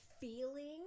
feeling